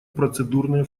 процедурные